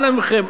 אנא מכם,